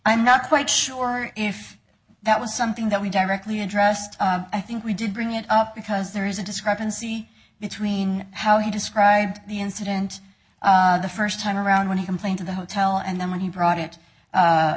i'm not quite sure if that was something that we directly addressed i think we did bring it up because there is a discrepancy between how he described the incident the first time around when he complained to the hotel and then when he brought it